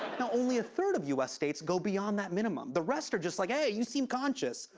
now, only a third of u s. states go beyond that minimum. the rest are just like, hey, you seem conscious,